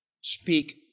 speak